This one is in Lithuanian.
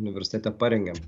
universitete parengėm